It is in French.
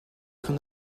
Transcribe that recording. qu’on